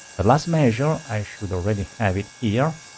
the last measure, i should already have it here,